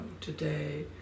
today